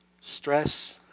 stress